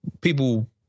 people